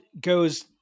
goes